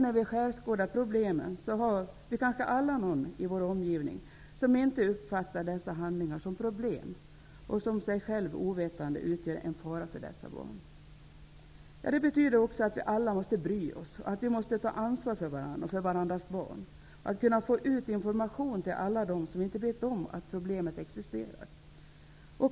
När vi skärskådar problemen har vi kanske alla någon i vår omgivning som inte uppfattar dessa handlingar som problem och som sig själv ovetande utgör en fara för dessa barn. Det betyder också att vi alla måste bry oss, att vi måste ta ansvar för varandra och för varandras barn, att vi måste få ut information till alla dem som inte vet om att problemet existerar.